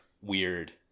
weird